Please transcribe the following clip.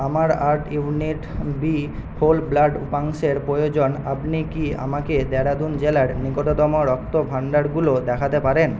আমার আট unit B whole blood উপাংশের প্রয়োজন আপনি কি আমাকে দেরাদুন জেলার নিকটতম রক্তভাণ্ডারগুলো দেখাতে পারেন